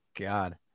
God